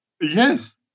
Yes